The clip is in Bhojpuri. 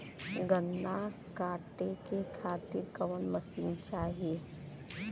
गन्ना कांटेके खातीर कवन मशीन चाही?